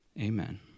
Amen